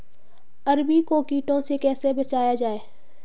अरबी को कीटों से कैसे बचाया जाए?